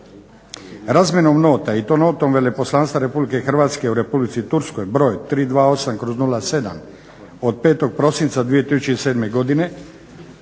Razmjenom nota i to notom veleposlanstva Republike Hrvatske u Republici Turskoj broj 328/07 od 5. prosinca 2007. godine